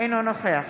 אינו נוכח